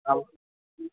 हा